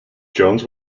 jones